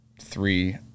three